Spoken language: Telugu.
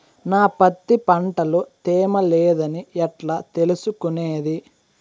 నా పత్తి పంట లో తేమ లేదని ఎట్లా తెలుసుకునేది?